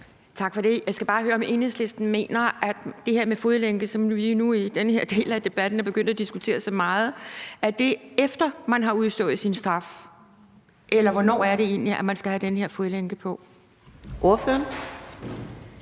Tak for det. Jeg skal bare høre, om Enhedslisten mener, at det her med fodlænke, som vi nu i denne del af debatten er begyndt at diskutere så meget, er, efter at man har udstået sin straf. Eller hvornår er det egentlig, at man skal have den her fodlænke på? Kl.